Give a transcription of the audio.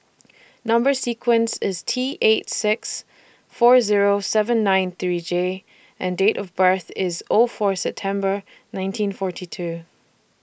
Number sequence IS T eight six four Zero seven nine three J and Date of birth IS O four September nineteen forty two